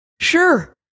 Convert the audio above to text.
Sure